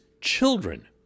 children